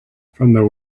from